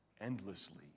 endlessly